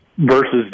versus